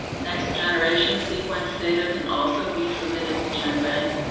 next generation sequence data can also be submitted to genbank,